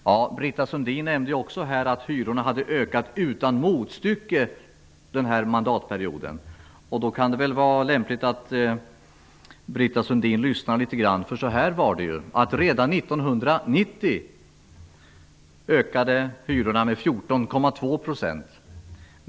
Även Britta Sundin nämnde att hyrorna hade ökat utan motstycke under denna mandatperiod. Då kan det vara lämpligt att Britta Sundin lyssnar. Så här var det. Redan 1990 ökade hyrorna med 14,2 %.